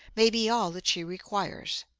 may be all that she requires.